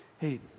Hey